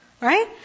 Right